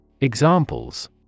Examples